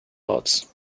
lots